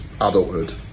adulthood